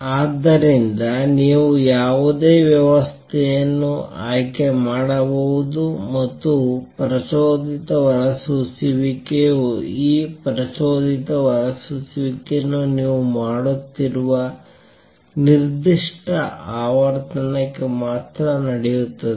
ಆದ್ದರಿಂದ ನೀವು ಯಾವುದೇ ವ್ಯವಸ್ಥೆಯನ್ನು ಆಯ್ಕೆ ಮಾಡಬಹುದು ಮತ್ತು ಪ್ರಚೋದಿತ ಹೊರಸೂಸುವಿಕೆಯು ಈ ಪ್ರಚೋದಿತ ಹೊರಸೂಸುವಿಕೆಯನ್ನು ನೀವು ಮಾಡುತ್ತಿರುವ ನಿರ್ದಿಷ್ಟ ಆವರ್ತನಕ್ಕೆ ಮಾತ್ರ ನಡೆಯುತ್ತದೆ